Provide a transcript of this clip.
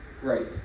Great